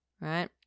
right